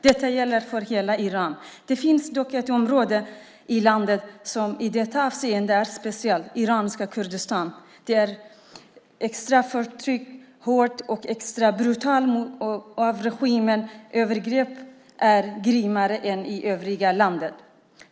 Detta gäller för hela Iran. Det finns dock ett område i landet som i detta avseende är speciellt - iranska Kurdistan. Där är förtrycket extra hårt och extra brutalt, och regimens övergrepp är grymmare än i övriga landet.